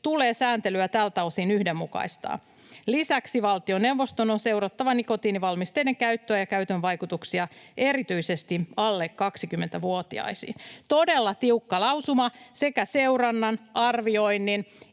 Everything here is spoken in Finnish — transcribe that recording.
tulee sääntelyä tältä osin yhdenmukaistaa. Lisäksi valtioneuvoston on seurattava nikotiinivalmisteiden käyttöä ja käytön vaikutuksia erityisesti alle 20-vuotiaisiin.” Todella tiukka lausuma sekä seurannan, arvioinnin